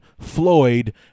Floyd